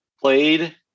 played